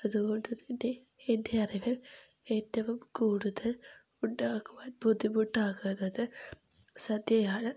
അതുകൊണ്ട് തന്നെ എൻ്റെ അറിവിൽ ഏറ്റവും കൂടുതൽ ഉണ്ടാക്കുവാൻ ബുദ്ധിമുട്ടാകുന്നത് സദ്യയാണ്